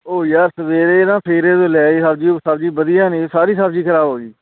ਓ ਯਾਰ ਸਵੇਰੇ ਨਾ ਫੇਰੇ ਤੋਂ ਲਈ ਸਬਜ਼ੀ ਉਹ ਸਬਜ਼ੀ ਵਧੀਆ ਨਹੀਂ ਸਾਰੀ ਸਬਜ਼ੀ ਖਰਾਬ ਹੋ ਗਈ